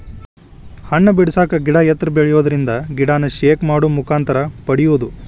ಹಣ್ಣ ಬಿಡಸಾಕ ಗಿಡಾ ಎತ್ತರ ಬೆಳಿಯುದರಿಂದ ಗಿಡಾನ ಶೇಕ್ ಮಾಡು ಮುಖಾಂತರ ಪಡಿಯುದು